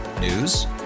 News